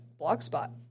Blogspot